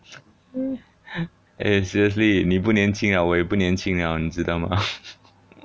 eh seriously 你不年轻了我也不年轻了你知道吗